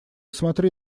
смотри